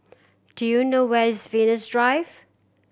do you know where is Venus Drive